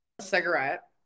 cigarette